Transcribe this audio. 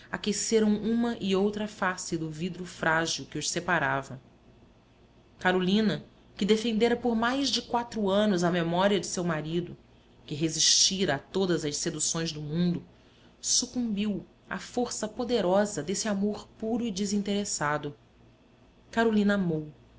aqueceram uma e outra face do vidro frágil que os separava carolina que defendera por mais de quatro anos a memória de seu marido que resistira a todas as seduções do mundo sucumbiu à força poderosa desse amor puro e desinteressado carolina amou